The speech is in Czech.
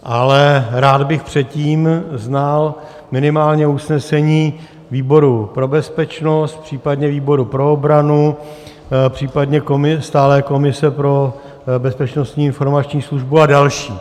Ale rád bych před tím znal minimálně usnesení výboru pro bezpečnost, případně výboru pro obranu, případně stálé komise pro Bezpečnostní informační službu a další.